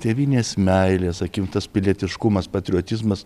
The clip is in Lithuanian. tėvynės meilės akim tas pilietiškumas patriotizmas